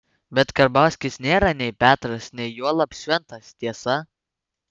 bet karbauskis nėra nei petras nei juolab šventas tiesa